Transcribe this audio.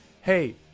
Hey